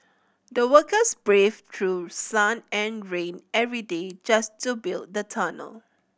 the workers braved through sun and rain every day just to build the tunnel